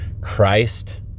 Christ